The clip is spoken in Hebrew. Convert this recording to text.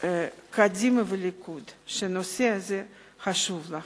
קדימה והליכוד שהנושא הזה חשוב להם.